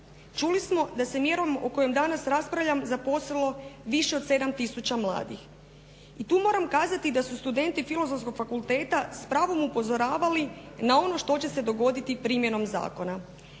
Čuli smo da se mjerom o kojoj danas raspravljamo zaposlilo više od 7 tisuća mladih. I tu moram kazati da su studenti Filozofskog fakulteta s pravom upozoravali na ono što će se dogoditi primjenom zakona.